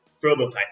prototype